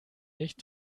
nicht